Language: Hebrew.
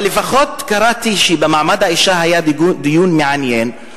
אבל קראתי שבוועדה למעמד האשה היה דיון מעניין,